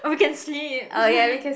oh we can sleep